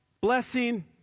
blessing